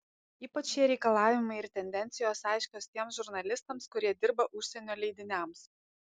ypač šie reikalavimai ir tendencijos aiškios tiems žurnalistams kurie dirba užsienio leidiniams